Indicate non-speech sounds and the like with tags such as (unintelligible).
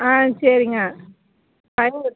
ஆ சரிங்க (unintelligible)